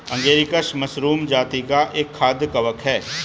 agaricus mushroom जाती का एक खाद्य कवक है